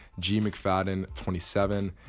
gmcfadden27